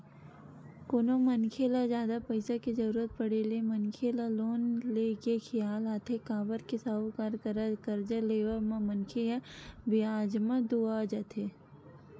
कोनो मनखे ल जादा पइसा के जरुरत पड़े ले मनखे ल लोन ले के खियाल आथे काबर के साहूकार करा करजा लेवब म मनखे ह बियाज म दूहा जथे